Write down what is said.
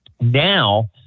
Now